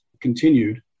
continued